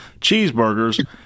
Cheeseburgers